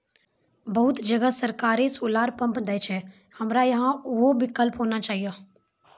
बहुत जगह सरकारे सोलर पम्प देय छैय, हमरा यहाँ उहो विकल्प होना चाहिए?